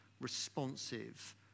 responsive